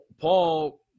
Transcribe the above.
Paul